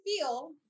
feel